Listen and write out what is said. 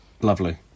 Lovely